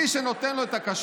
מי שנותן לו את הכשרות